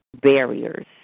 barriers